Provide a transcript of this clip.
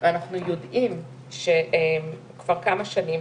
שזה קצת פחות רלבנטי,